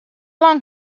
long